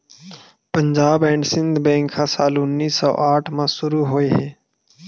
Punjab and Sind bank ह साल उन्नीस सौ आठ म शुरू होए हे